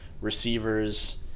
receivers